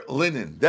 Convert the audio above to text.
linen